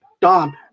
Dom